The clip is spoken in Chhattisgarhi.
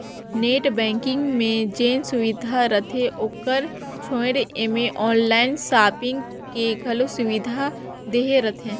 नेट बैंकिग मे जेन सुबिधा रहथे ओकर छोयड़ ऐम्हें आनलाइन सापिंग के घलो सुविधा देहे रहथें